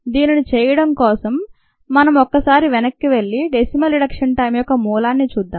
దీనిని చేయడం కొరకు మనం ఒక్కసారి వెనక్కి వెళ్లి "డెసిమల్ రిడక్షన్ టైం" యొక్క మూలాన్ని చూద్దాం